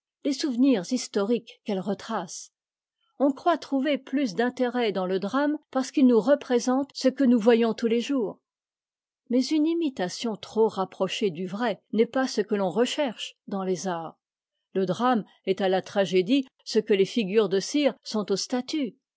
les souvenirs historiques qu'elle retrace on croit trouver plus d'intérêt dans le drame parce qu'il nous représente ce que nous voyons tous tes jours mais une imitation trop rapprochée du vrai n'est pas ce que l'on recherche dans les arts le drame est à la tragédie ce que les figures de cire sont aux statues